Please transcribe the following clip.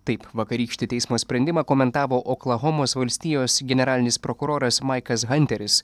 taip vakarykštį teismo sprendimą komentavo oklahomos valstijos generalinis prokuroras maikas hanteris